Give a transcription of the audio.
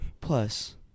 plus